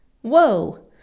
Whoa